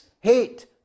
hate